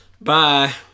Bye